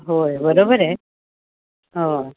होय बरोबर आहे हो